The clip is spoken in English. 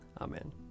Amen